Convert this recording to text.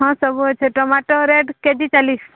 ହଁ ସବୁ ଅଛି ଟମାଟୋ ରେଟ୍ କେ ଜି ଚାଳିଶ